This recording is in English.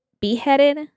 beheaded